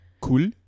Cool